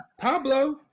Pablo